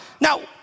Now